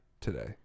today